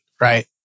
right